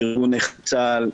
עם ארגון נכי צה"ל,